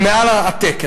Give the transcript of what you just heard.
זה מעל התקן.